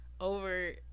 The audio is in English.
over